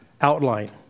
outline